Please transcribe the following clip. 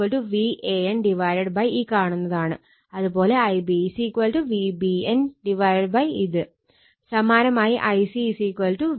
Ia VAN ഈ കാണുന്നതാണ് അതുപോലെ Ib VBN ഇതാണ് സമാനമായി Ic VCN ഇതുമാണ്